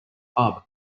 pub